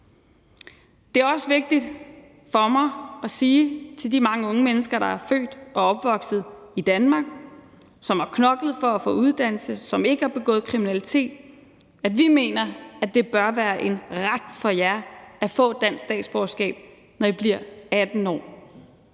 Det er også vigtigt for mig at sige til de mange unge mennesker, der er født og opvokset i Danmark, som har knoklet for at få uddannelse, og som ikke har begået kriminalitet, at vi mener, det bør være en ret for jer at få dansk statsborgerskab, når I bliver 18 år.